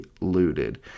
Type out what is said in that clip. looted